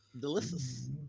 Delicious